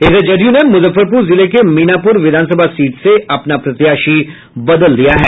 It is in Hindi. इधर जदयू ने मुजफ्फरपुर जिले के मीनापुर विधानसभा सीट से अपना प्रत्याशी बदल दिया है